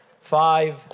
five